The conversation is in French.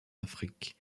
afrique